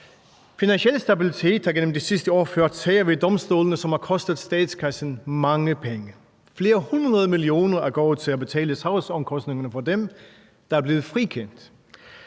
Finansiel Stabilitet har gennem de sidste år ført sager ved domstolene, som har kostet statskassen mange penge. Flere hundrede millioner er gået til at betale sagsomkostningerne for dem, der er blevet frikendt.